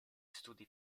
studi